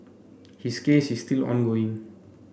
his case is still ongoing